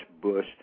Bush